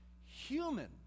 human